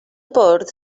bwrdd